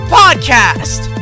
podcast